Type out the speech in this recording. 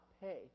pay